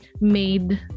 made